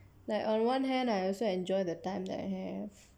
like on one hand I also enjoy the time that I have